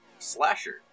Slasher